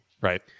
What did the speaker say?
Right